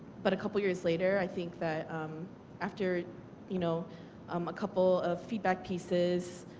but a couple years later i think that um after you know um a couple of feedback pieces,